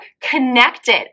connected